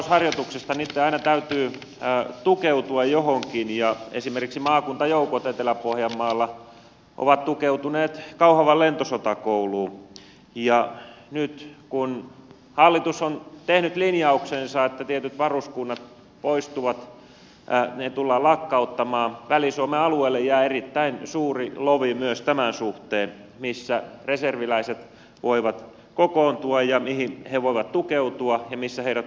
niitten aina täytyy tukeutua johonkin ja esimerkiksi maakuntajoukot etelä pohjanmaalla ovat tukeutuneet kauhavan lentosotakouluun ja nyt kun hallitus on tehnyt linjauksensa että tietyt varuskunnat poistuvat ne tullaan lakkauttamaan väli suomen alueelle jää erittäin suuri lovi myös tämän suhteen missä reserviläiset voivat kokoontua ja mihin he voivat tukeutua ja missä heidät voidaan varustaa